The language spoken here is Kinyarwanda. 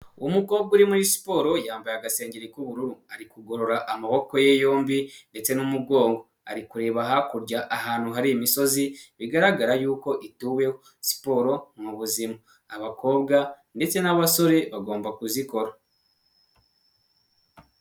Uwo mukobwa uri muri siporo yambaye agasengeri k'ubururu ari kugorora amaboko ye yombi ndetse n'umugongo. Ari kureba hakurya ahantu hari imisozi bigaragara yuko ituweho siporo mu buzima . Abakobwa ndetse n'abasore bagomba kuzikora.